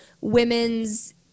women's